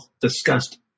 discussed